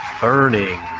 Burning